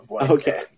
Okay